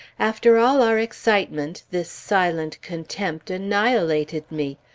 after all our excitement, this silent contempt annihilated me!